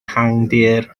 ehangdir